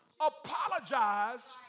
apologize